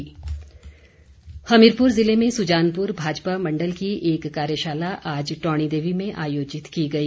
धुमल हमीरपुर जिले में सुजानपुर भाजपा मण्डल की एक कार्यशाला आज टौणीदेवी में आयोजित की गई